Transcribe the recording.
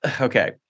okay